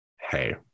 hey